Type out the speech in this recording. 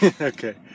okay